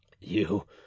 You